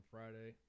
Friday